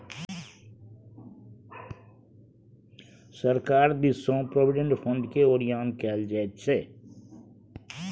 सरकार दिससँ प्रोविडेंट फंडकेँ ओरियान कएल जाइत छै